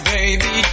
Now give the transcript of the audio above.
Baby